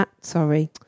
sorry